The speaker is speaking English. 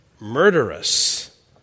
murderous